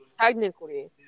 technically